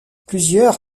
plusieurs